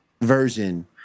version